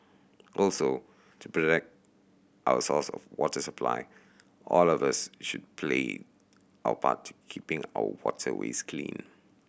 also to protect our source of water supply all of us should play our part keeping our waterways clean